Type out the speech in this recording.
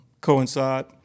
coincide